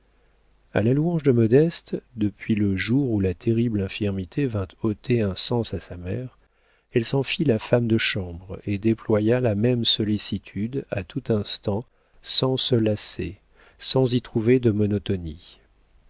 a la louange de modeste depuis le jour où la terrible infirmité vint ôter un sens à sa mère elle s'en fit la femme de chambre et déploya la même sollicitude à tout instant sans se lasser sans y trouver de monotonie